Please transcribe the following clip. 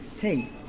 hey